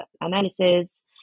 analysis